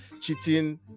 cheating